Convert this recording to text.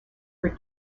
for